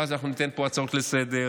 ואז אנחנו ניתן פה הצעות לסדר.